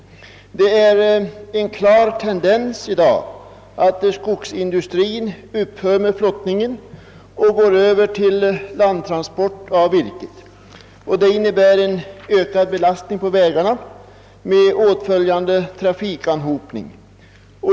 Det är en klar tendens i dag att skogsindustrin upphör med flottning och går över till landtransporter av virke. Det innebär en ökad belastning på vägarna med åtföljande trafikanhopning.